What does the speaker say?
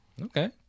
Okay